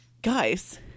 Guys